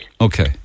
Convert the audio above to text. Okay